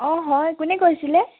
অঁ হয় কোনে কৈছিলে